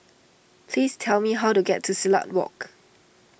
please tell me how to get to Silat Walk